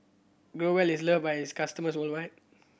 Growell is loved by its customers worldwide